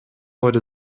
heute